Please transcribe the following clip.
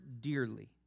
dearly